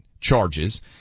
charges